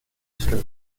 eastern